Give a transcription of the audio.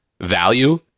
value